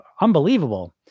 unbelievable